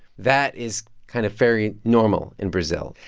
that is kind of very normal in brazil.